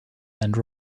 and